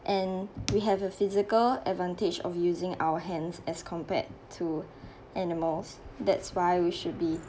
and we have a physical advantage of using our hands as compared to animals that's why we should be